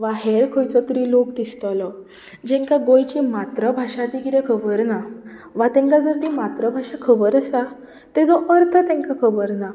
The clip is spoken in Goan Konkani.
वा हेर खंयचो तरी लोक दिसतलो जेंका गोंयची मात्रभाशा ती कितें खबर ना वा तेंका जर ती मात्रभाशा खबर आसा तेचो अर्थ तेंका खबर ना